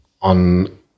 on